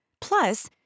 plus